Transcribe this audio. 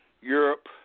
Europe